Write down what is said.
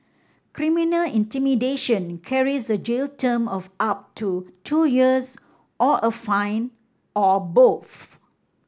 criminal intimidation carries a jail term of up to two years or a fine or a